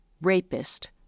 rapist